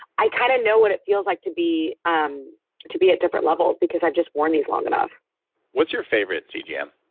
i kind of know what it feels like to be um to be at different levels because i've just worn these long enough what's your favorite cgm?